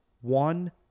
one